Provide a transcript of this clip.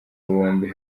bombi